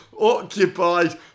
occupied